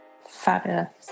fabulous